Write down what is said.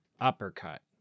uppercut